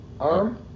arm